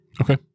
Okay